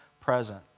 present